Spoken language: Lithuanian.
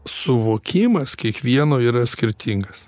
suvokimas kiekvieno yra skirtingas